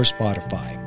Spotify